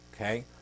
Okay